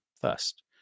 first